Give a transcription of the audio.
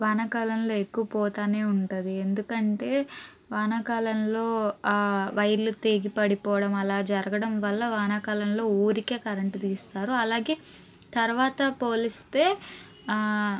వానాకాలంలో ఎక్కువ పోతానే ఉంటది ఎందుకంటే వానాకాలంలో వైర్లు తెగి పడిపోవడం అలా జరగడం వల్ల వానాకాలంలో ఊరికే కరెంట్ తీస్తారు అలాగే తర్వాత పోలిస్తే